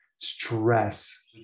stress